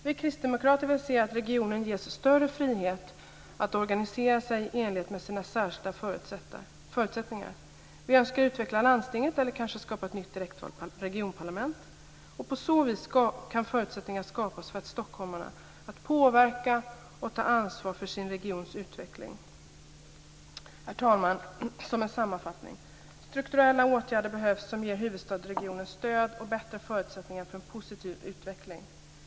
Vi kristdemokrater vill se att regionen ges större frihet att organisera sig i enlighet med sina särskilda förutsättningar. Vi önskar utveckla landstinget eller kanske skapa ett nytt direktvalt regionparlament. På så vis kan förutsättningar skapas för stockholmarna att påverka och ta ansvar för sin regions utveckling. Herr talman! Sammanfattningsvis behövs det strukturella åtgärder som ger huvudstadsregionen stöd och bättre förutsättningar för en positiv utveckling.